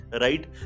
Right